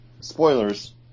Spoilers